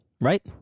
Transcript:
right